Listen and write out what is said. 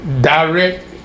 direct